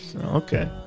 Okay